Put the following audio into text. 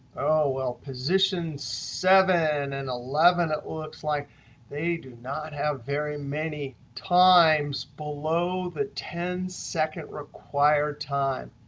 well position seven and eleven, it looks like they do not have very many times below that ten second required time.